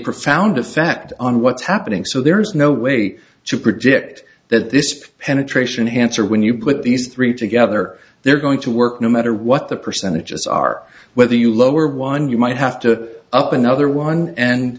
profound effect on what's happening so there's no way to predict that this penetration hansard when you put these three together they're going to work no matter what the percentages are whether you lower one you might have to up another one and